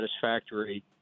satisfactory